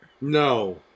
No